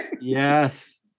Yes